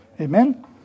Amen